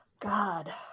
God